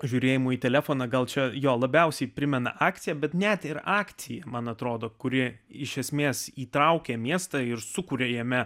žiūrėjimu į telefoną gal čia jo labiausiai primena akciją bet net ir akcija man atrodo kurie iš esmės įtraukė miestą ir sukuria jame